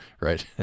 right